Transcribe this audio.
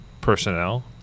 personnel